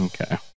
Okay